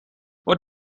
what